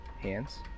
hands